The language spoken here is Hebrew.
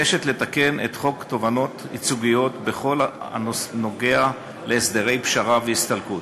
מבקשת לתקן את חוק תובענות ייצוגיות בכל הנוגע להסדרי פשרה והסתלקות.